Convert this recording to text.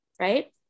Right